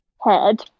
head